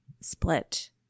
split